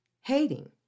Hating